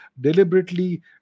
deliberately